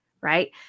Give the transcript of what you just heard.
right